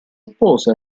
oppose